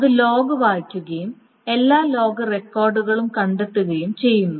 അത് ലോഗ് വായിക്കുകയും എല്ലാ ലോഗ് റെക്കോർഡുകളും കണ്ടെത്തുകയും ചെയ്യുന്നു